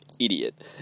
idiot